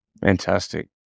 Fantastic